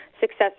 success